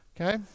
Okay